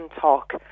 Talk